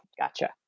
Gotcha